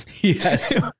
Yes